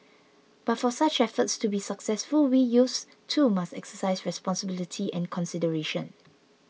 but for such efforts to be successful we youths too must exercise responsibility and consideration